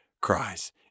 cries